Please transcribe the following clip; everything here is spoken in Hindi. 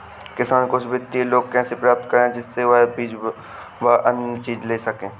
किसान कुछ वित्तीय लोन कैसे प्राप्त करें जिससे वह बीज व अन्य चीज ले सके?